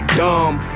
dumb